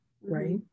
right